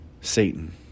Satan